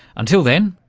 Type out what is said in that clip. until then,